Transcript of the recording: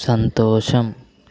సంతోషం